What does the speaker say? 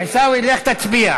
עיסאווי, לך תצביע.